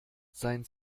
sein